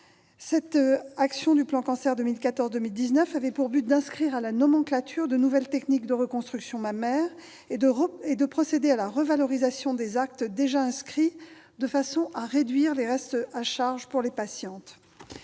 reconstruction après un cancer. » Elle avait pour objet d'inscrire à la nomenclature de nouvelles techniques de reconstruction mammaire et de procéder à la revalorisation d'actes déjà inscrits, afin de réduire les restes à charge pour les patientes.